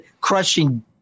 crushing